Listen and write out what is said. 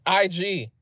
IG